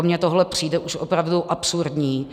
Mně tohle přijde už opravdu absurdní.